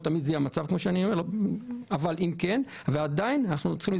לא תמיד זה המצב אבל אם כן, הוא צריך לחזור לשם.